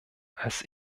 als